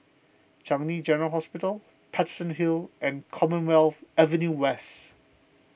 Changi General Hospital Paterson Hill and Commonwealth Avenue West